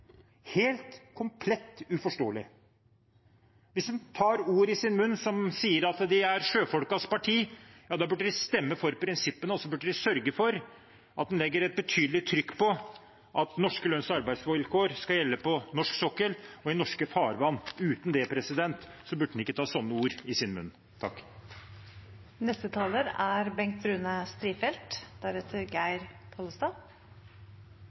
helt komplett uforståelig. Hvis de tar ord i sin munn som sier at de er sjøfolkenes parti, da burde de stemme for prinsippene, og så burde de sørge for at en legger et betydelig trykk på at norske lønns- og arbeidsvilkår skal gjelde på norsk sokkel og i norske farvann. Uten det burde en ikke ta slike ord i sin munn. Det er